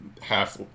half